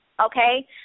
Okay